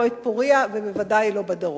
לא את "פורייה" ובוודאי לא בדרום.